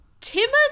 Timothy